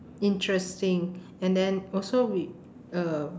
interesting and then also we um